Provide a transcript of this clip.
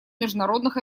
международных